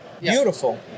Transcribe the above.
beautiful